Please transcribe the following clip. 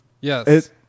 Yes